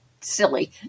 silly